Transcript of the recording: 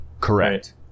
Correct